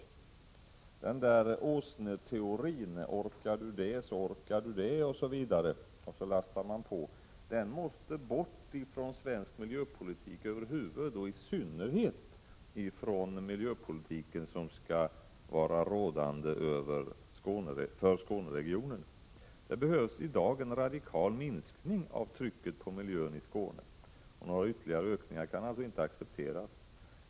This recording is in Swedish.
Vad man kan kalla åsneteorin — att säga ”orkar du det, så orkar du det” osv. och bara fortsätta att lassa på — måste bort från svensk miljöpolitik, i synnerhet från den miljöpolitik som skall vara rådande i fråga om Skåneregionen. Det behövs i dag en radikal minskning av trycket på miljön i Skåne. Några ytterligare ökningar kan alltså inte accepteras.